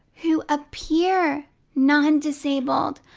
who appear non-disabled,